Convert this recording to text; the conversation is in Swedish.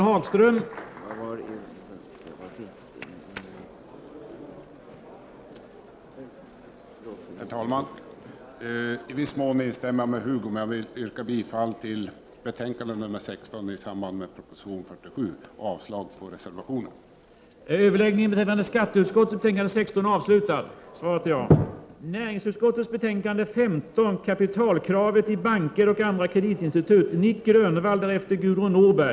Herr talman! I viss mån instämmer jag med Hugo Hegeland. Men jag vill yrka bifall till utskottets hemställan i betänkande nr 16, i samband med proposition 47, och avslag på reservationen.